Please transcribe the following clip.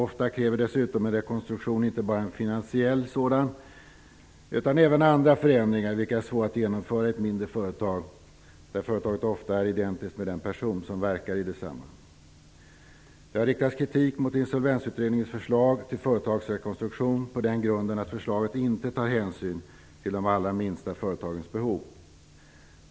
Ofta kräver dessutom en rekonstruktion inte bara en finansiell sådan utan även andra förändringar, som är svåra att genomföra i ett mindre företag, där företaget ofta är identiskt med den person som verkar i detsamma. Det har riktats kritik mot insolvensutredningens förslag till företagsrekonstruktion på den grunden att förslaget inte tar hänsyn till de allra minsta företagens behov.